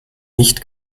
nicht